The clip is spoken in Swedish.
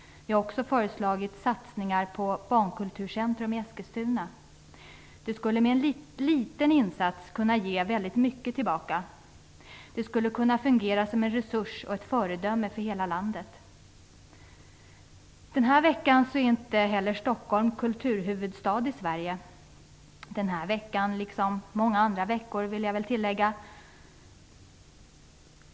Vi har också föreslagit satsningar på ett barnkulturcentrum i Eskilstuna. Det skulle med en liten insats kunna ge mycket tillbaka. Det skulle kunna fungera som en resurs och ett föredöme för hela landet. Den här veckan, liksom många andra veckor, är inte Stockholm kulturhuvudstad i Sverige.